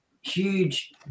huge